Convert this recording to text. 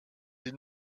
est